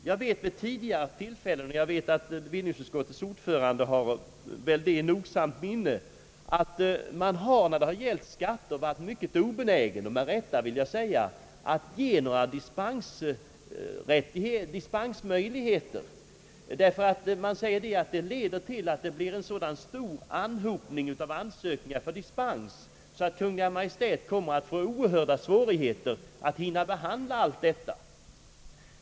Jag vet att bevillningsutskottets ordförande vid ett tidigare tillfälle gett uttryck åt åsikten, att man när det gäller skatterna bör vara mycket obenägen — och det med rätta, vill jag säga att ge några dispensmöjligheter, ty det kommer att leda till en så stor anhopning av dispensansökningar att Kungl. Maj:t kommer att få stora svårigheter att hinna behandla dem.